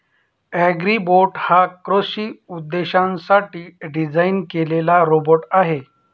Agribot हा कृषी उद्देशांसाठी डिझाइन केलेला रोबोट आहे